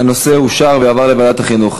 הנושא אושר ויעבור לוועדת החינוך.